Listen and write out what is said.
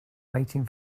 waiting